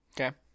okay